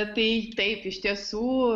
tai taip iš tiesų